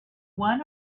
one